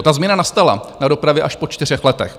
Ta změna nastala na dopravě až po čtyřech letech.